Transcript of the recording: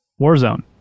Warzone